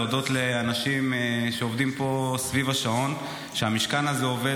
להודות לאנשים שעובדים פה סביב השעון על שהמשכן הזה עובד,